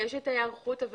יש ההיערכות,